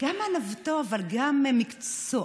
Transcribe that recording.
גם מענוותנותו אבל גם ממקצועניותו,